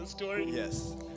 Yes